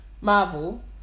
Marvel